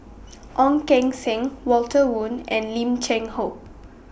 Ong Keng Sen Walter Woon and Lim Cheng Hoe